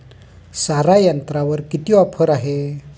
सारा यंत्रावर किती ऑफर आहे?